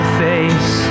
face